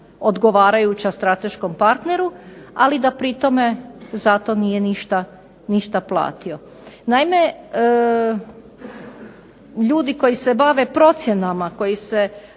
odgovarajuća strateškom partneru, ali da pri tome za to nije ništa platio. Naime ljudi koji se bave procjenama, koji se